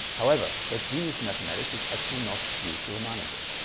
however that genius mathematics is actually not due to ramanujan